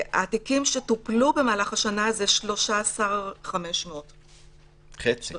התיקים שטופלו במהלך השנה זה 13,500. כמעט חצי.